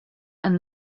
and